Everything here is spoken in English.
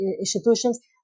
institutions